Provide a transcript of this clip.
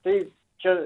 tai čia